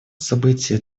события